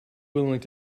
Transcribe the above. willing